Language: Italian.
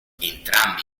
entrambi